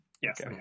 Yes